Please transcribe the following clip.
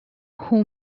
who